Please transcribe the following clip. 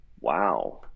Wow